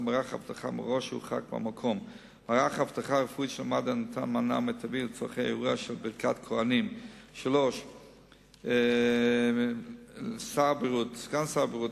לא הורשו לראשונה לאבטח את טקס ברכת הכוהנים בכותל המערבי בחג הפסח.